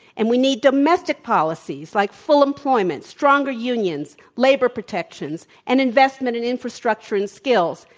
and we need domestic policies like full employment, stronger unions, labor protections, and investment in infrastructure and skills,